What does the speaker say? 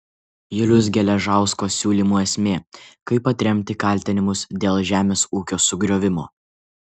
juliaus geležausko siūlymų esmė kaip atremti kaltinimus dėl žemės ūkio sugriovimo